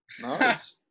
Nice